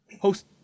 Host